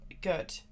good